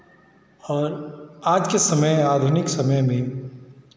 और आज के समय आधुनिक समय में